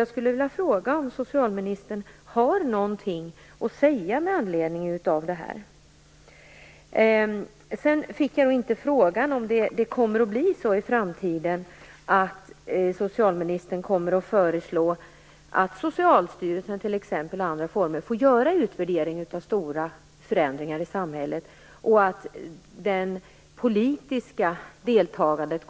Jag undrar om socialministern har något att säga med anledning av detta. Kommer det i framtiden att bli så att socialministern föreslår att t.ex. Socialstyrelsen får göra en utvärdering av stora förändringar i samhället och att det politiska deltagandet